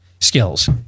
skills